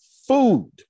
food